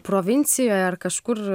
provincijoj ar kažkur